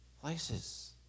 places